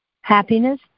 Happiness